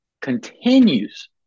continues